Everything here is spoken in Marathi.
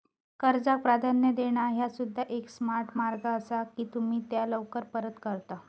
कर्जाक प्राधान्य देणा ह्या सुद्धा एक स्मार्ट मार्ग असा की तुम्ही त्या लवकर परत करता